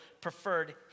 preferred